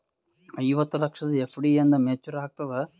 ಐವತ್ತು ಲಕ್ಷದ ಎಫ್.ಡಿ ಎಂದ ಮೇಚುರ್ ಆಗತದ?